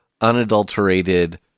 unadulterated